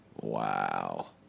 Wow